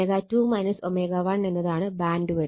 ω2 ω1 എന്നതാണ് ബാൻഡ്വിഡ്ത്ത്